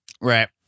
Right